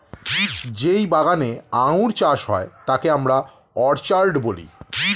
যেই বাগানে আঙ্গুর চাষ হয় তাকে আমরা অর্চার্ড বলি